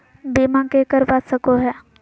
बीमा के करवा सको है?